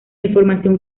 información